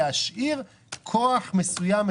צריך להשאיר כוח מסוים,